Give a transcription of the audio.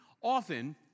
Often